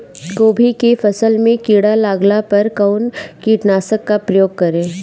गोभी के फसल मे किड़ा लागला पर कउन कीटनाशक का प्रयोग करे?